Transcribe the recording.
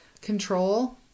control